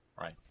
right